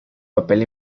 papel